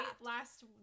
last